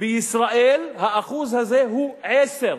בישראל זה 10,